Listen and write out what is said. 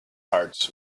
hearts